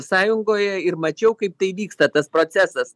sąjungoje ir mačiau kaip tai vyksta tas procesas